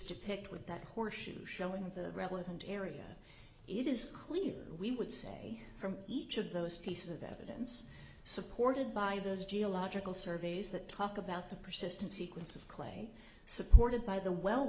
depict with that horseshoe showing of the relevant area it is clear we would say from each of those pieces of evidence supported by those geological surveys that talk about the persistent sequence of clay supported by the well